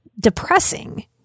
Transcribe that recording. depressing